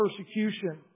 persecution